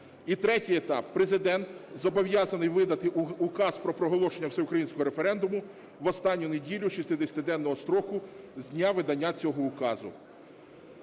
І третій етап. Президент зобов'язаний видати Указ про проголошення всеукраїнського референдуму в останню неділю 60-денного строку з дня видання цього указу.